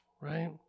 Right